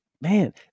man